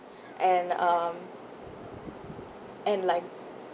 and um and like